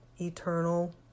eternal